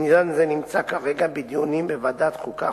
עניין זה נמצא כרגע בדיונים בוועדת החוקה,